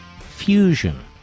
fusion